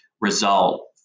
result